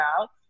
out